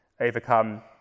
overcome